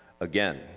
Again